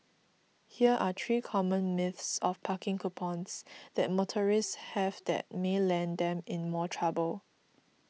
here are three common myths of parking coupons that motorists have that may land them in more trouble